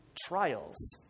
trials